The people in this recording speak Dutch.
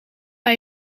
bij